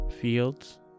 Fields